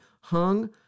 hung